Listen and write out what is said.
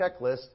checklist